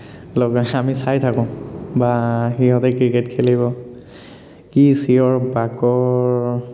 লগাই আমি চাই থাকোঁ বা সিহঁতে ক্ৰিকেট খেলিব কি চিঞৰ বাখৰ